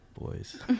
boys